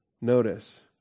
Notice